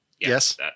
Yes